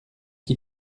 qui